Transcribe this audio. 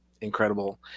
incredible